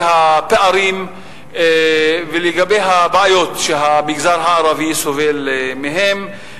בפערים ובבעיות שהמגזר הערבי סובל מהן,